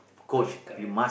correct correct